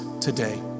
today